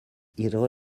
hijo